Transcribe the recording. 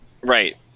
right